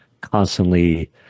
constantly